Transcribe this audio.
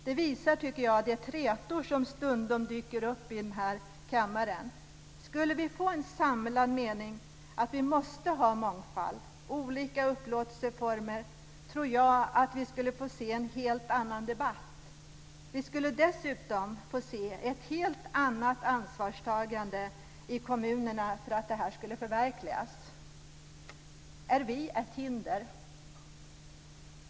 Det visar, tycker jag, de trätor som stundom dyker upp i den här kammaren. Skulle vi få en samlad mening att vi måste ha mångfald och olika upplåtelseformer, tror jag att vi skulle se en helt annan debatt. Vi skulle dessutom få se ett helt annat ansvarstagande i kommunerna för att det skulle förverkligas. Är vi ett hinder?